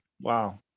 wow